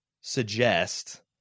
suggest